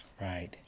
Right